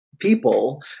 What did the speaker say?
people